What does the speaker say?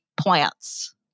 plants